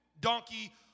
donkey